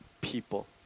people